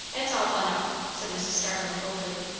it's all done up, said mrs. starling coldly.